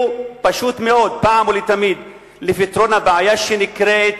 פעם אחת ולתמיד לפתרון הבעיה שנקראת